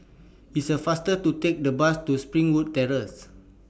It's A faster to Take The Bus to Springwood Terrace